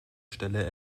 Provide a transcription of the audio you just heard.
stelle